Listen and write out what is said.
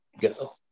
go